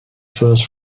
first